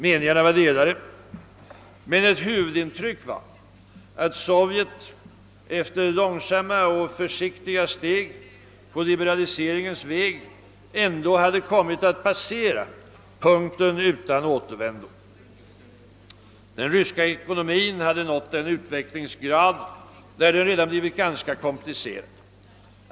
Meningarna var delade, men ett huvudintryck var att Sovjet efter långsamma och försiktiga steg på liberaliseringens väg ändå hade kommit att passera punkten utan återvändo. Den ryska ekonomin hade nått den utvecklingsgrad där den redan blivit ganska komplicerad.